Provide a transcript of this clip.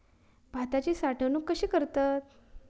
भाताची साठवूनक कशी करतत?